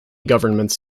governments